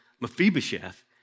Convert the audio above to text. Mephibosheth